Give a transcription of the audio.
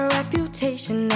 reputation